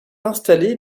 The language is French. installé